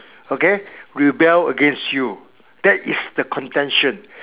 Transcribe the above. okay rebel against you that is the contention